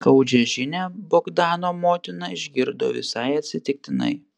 skaudžią žinią bogdano motina išgirdo visai atsitiktinai